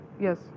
Yes